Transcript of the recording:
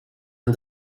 and